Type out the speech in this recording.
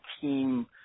team